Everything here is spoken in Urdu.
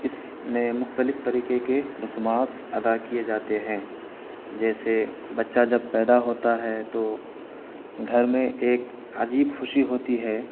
اس میں مختلف طریقے کے رسومات ادا کیے جاتے ہیں جیسے بچہ جب پیدا ہوتا ہے تو گھر میں ایک عجیب خوشی ہوتی ہے